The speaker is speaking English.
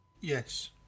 Yes